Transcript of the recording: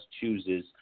chooses